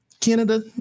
Canada